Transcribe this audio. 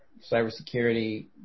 cybersecurity